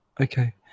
Okay